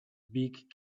beak